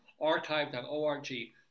Archive.org